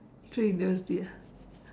three university ah